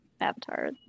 Avatar